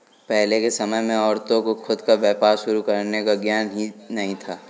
पहले के समय में औरतों को खुद का व्यापार शुरू करने का ज्ञान ही नहीं था